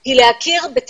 הרי הכול ב-זום.